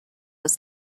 was